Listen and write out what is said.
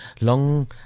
long